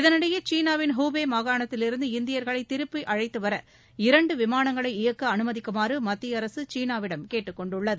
இதனிடையே சீனாவின் ஹுபே மாகாணத்திவிருந்து இந்தியர்களை திருப்பி அழைத்து வர இரண்டு விமானங்களை இயக்க அனுமதிக்குமாறு மத்திய அரசு சீனாவிடம் கேட்டுக்கொண்டுள்ளது